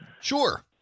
Sure